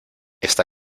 esta